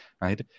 right